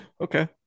Okay